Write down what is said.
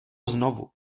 znovu